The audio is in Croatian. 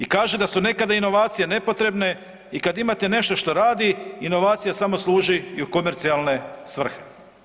I kaže da su nekada inovacije nepotrebne i kad imate nešto što radi, inovacija samo služi i u komercijalne svrhe.